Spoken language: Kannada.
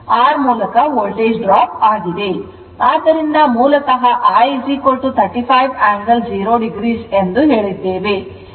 ಆದ್ದರಿಂದ ಮೂಲತಃ I 35 angle 0o ಎಂದು ಹೇಳಿದ್ದೇವೆ